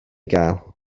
gael